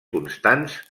constants